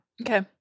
Okay